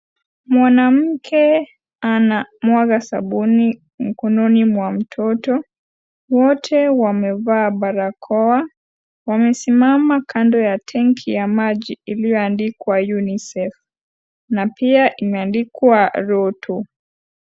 Mwanamke anamwaga sabuni mkononi mwa mtoto, wote wamevaa barakoa, wamesimama kando ya tenki ya maji iliyoandikwa Unicef na pia imeandikwa roto.